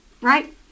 Right